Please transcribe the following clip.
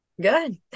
Good